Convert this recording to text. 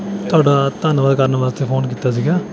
ਤੁਹਾਡਾ ਧੰਨਵਾਦ ਕਰਨ ਵਾਸਤੇ ਫੋਨ ਕੀਤਾ ਸੀਗਾ